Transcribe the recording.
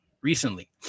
recently